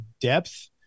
depth